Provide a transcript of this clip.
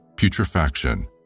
Putrefaction